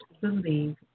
believe